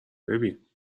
ببین